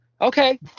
Okay